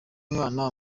umwana